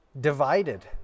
divided